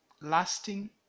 lasting